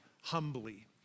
humbly